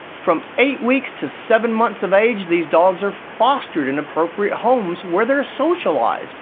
from eight weeks to seven months of age these dogs are fostered in appropriate homes where they're socialized